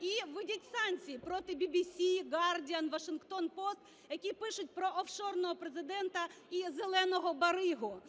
і введіть санкції проти BBC, Guardian, Washington Post, які пишуть про "офшорного" Президента і "зеленого баригу".